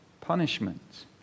punishment